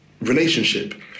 relationship